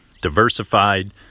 diversified